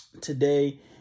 Today